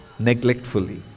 neglectfully